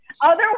otherwise